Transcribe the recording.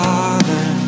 Father